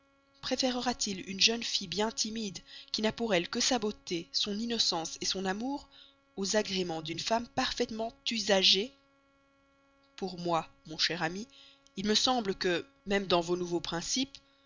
scélérat préférera t il une jeune fille bien timide qui n'a pour elle que sa beauté son innocence son amour aux agréments d'une femme parfaitement usagée pour moi mon cher ami il me semble que même dans vos nouveaux principes